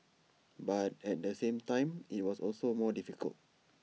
but at the same time IT was also more difficult